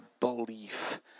belief